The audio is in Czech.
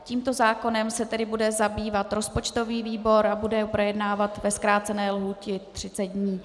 Tímto zákonem se tedy bude zabývat rozpočtový výbor a bude ho projednávat ve zkrácené lhůtě 30 dní.